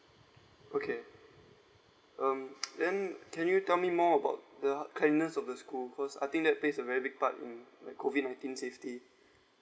okay um then can you tell me more about the cleanliness of the school cause I think that plays a very big part in COVID nineteen safety